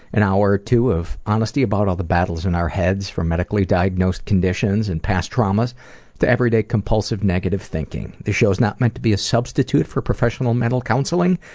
an hour or two of honesty about all the battles in our heads, from medically diagnosed conditions and past traumas to everyday compulsive negative thinking. this show is not meant to be a substitute for professional mental counseling.